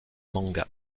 manga